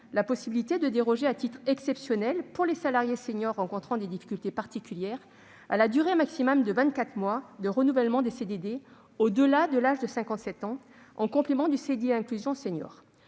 la possibilité de déroger, à titre exceptionnel, pour les salariés seniors rencontrant des difficultés particulières, à la durée maximale de vingt-quatre mois de renouvellement des CDD, au-delà de l'âge de 57 ans, en complément du CDI inclusion senior.